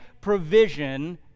provision